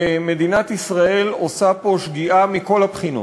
שמדינת ישראל עושה פה שגיאה מכל הבחינות.